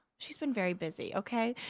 she's been very busy, okay?